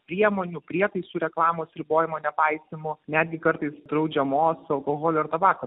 priemonių prietaisų reklamos ribojimo nepaisymų netgi kartais draudžiamos alkoholio ir tabako